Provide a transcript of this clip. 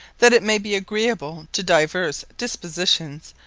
that it may be agreeable to divers dispositions,